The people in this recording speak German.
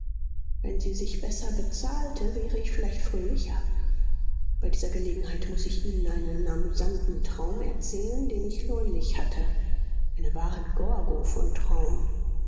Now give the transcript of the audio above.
wenn sie sich besser bezahlte wäre ich vielleicht fröhlicher bei dieser gelegenheit muß ich ihnen einen amüsanten traum erzählen den ich neulich hatte eine wahre gorgo von traum